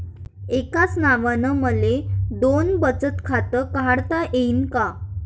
एकाच नावानं मले दोन बचत खातं काढता येईन का?